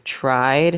tried